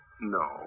No